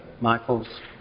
Michael's